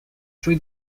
three